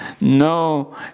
no